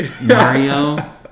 Mario